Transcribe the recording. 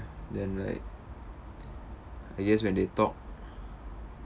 then like I guess when they talk